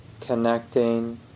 connecting